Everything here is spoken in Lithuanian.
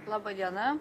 laba diena